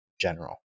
general